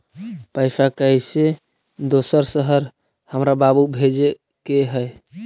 पैसा कैसै दोसर शहर हमरा बाबू भेजे के है?